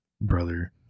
brother